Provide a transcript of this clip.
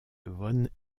von